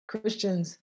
Christians